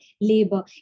labor